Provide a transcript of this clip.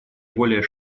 более